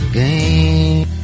game